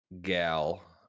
gal